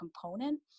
component